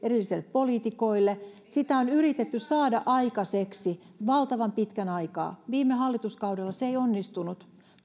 poliitikoille sitä on yritetty saada aikaiseksi valtavan pitkän aikaa viime hallituskaudella se ei onnistunut